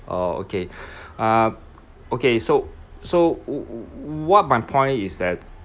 oh okay ah okay so so wh~ what my point is that